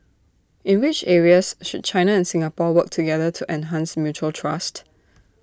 in which areas should China and Singapore work together to enhance mutual trust